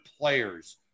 players